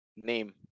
Name